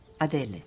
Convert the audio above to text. Adele